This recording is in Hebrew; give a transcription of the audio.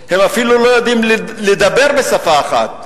הם אפילו לא יודעים לדבר בשפה אחת.